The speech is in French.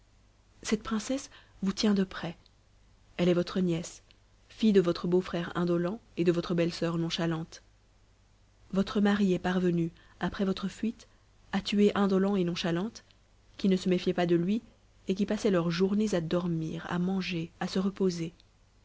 cette princesse vous tient de près elle est votre nièce fille de votre beau-frère indolent et de votre belle-soeur nonchalante votre mari est parvenu après votre fuite à tuer indolent et nonchalante qui ne se méfiaient pas de lui et qui passaient leurs journées à dormir à manger à se reposer